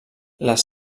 les